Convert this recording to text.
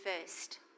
first